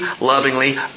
lovingly